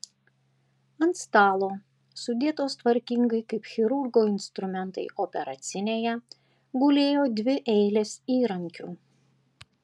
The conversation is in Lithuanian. ant stalo sudėtos tvarkingai kaip chirurgo instrumentai operacinėje gulėjo dvi eilės įrankių